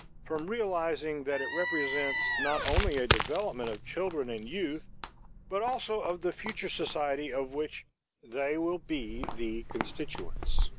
from realizing that it represents not only a development of children and youth but also of the future society of which they will be the constituents.